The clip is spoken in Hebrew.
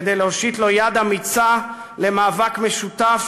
כדי להושיט לו יד אמיצה למאבק משותף